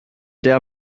der